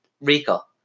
Rico